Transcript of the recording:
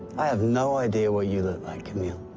i have no idea what you look like, camille.